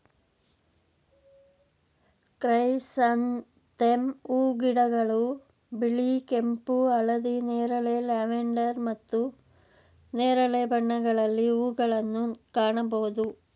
chrysanthemum ಹೂಗಿಡಗಳು ಬಿಳಿ, ಕೆಂಪು, ಹಳದಿ, ನೇರಳೆ, ಲ್ಯಾವೆಂಡರ್ ಮತ್ತು ನೇರಳೆ ಬಣ್ಣಗಳಲ್ಲಿ ಹೂಗಳನ್ನು ಕಾಣಬೋದು